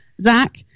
Zach